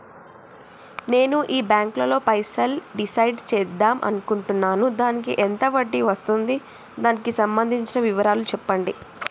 నేను ఈ బ్యాంకులో పైసలు డిసైడ్ చేద్దాం అనుకుంటున్నాను దానికి ఎంత వడ్డీ వస్తుంది దానికి సంబంధించిన వివరాలు చెప్పండి?